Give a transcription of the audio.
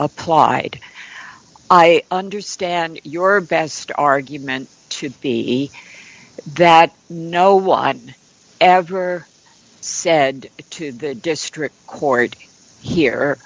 applied i understand your best argument to be that no one ever said to the district court here